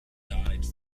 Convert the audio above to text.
guide